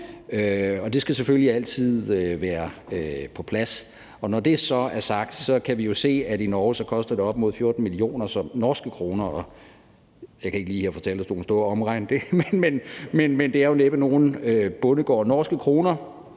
den skal selvfølgelig altid være på plads. Når det så er sagt, kan vi jo se, at i Norge koster det op mod 14 millioner norske kroner, og jeg kan ikke lige her på talerstolen stå og omregne det, men det er jo næppe nogen bondegård i norske kroner